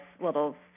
little